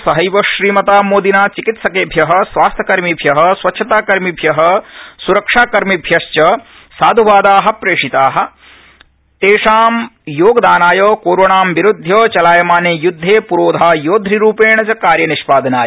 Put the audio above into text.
सहब श्रीमता मोदिना चिकित्सकेभ्य स्वास्थ्यकर्मिभ्य स्वच्छताकर्मिभ्य सुरक्षाकर्मिभ्यश्च साध्वादाः प्रदत्ता तेषां योगदानाय कोरोणां विरूध्य चलायमाने युद्धे पुरोधा योद्धृरूपेण च कार्यनिष्पादनाय